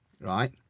right